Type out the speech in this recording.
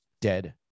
dead